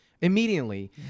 Immediately